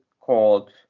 called